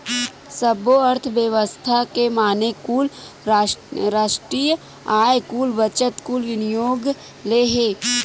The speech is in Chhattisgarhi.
सब्बो अर्थबेवस्था के माने कुल रास्टीय आय, कुल बचत, कुल विनियोग ले हे